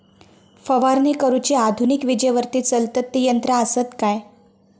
फवारणी करुची आधुनिक विजेवरती चलतत ती यंत्रा आसत काय?